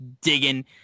digging